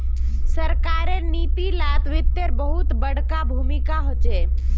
सरकारेर नीती लात वित्तेर बहुत बडका भूमीका होचे